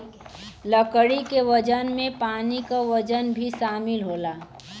लकड़ी के वजन में पानी क वजन भी शामिल होला